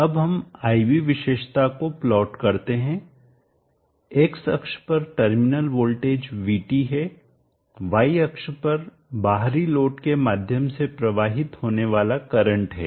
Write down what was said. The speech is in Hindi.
अब हम I V विशेषता को प्लॉट करते हैं x अक्ष पर टर्मिनल वोल्टेज VT है y अक्ष पर बाहरी लोड के माध्यम से प्रवाहित होने वाला करंट है